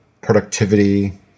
productivity